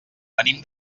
venim